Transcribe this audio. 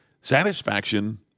Satisfaction